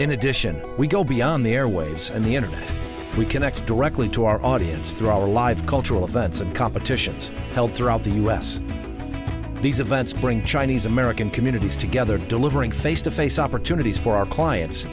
in addition we go beyond the airwaves and the internet we connect directly to our audience through all the live cultural events and competitions held throughout the u s these events bring chinese american communities together delivering face to face opportunities for our clients